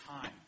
time